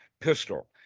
pistol